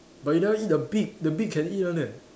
but you never eat the beak the beak can eat one leh